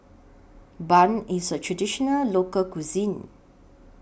Bun IS A Traditional Local Cuisine